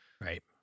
right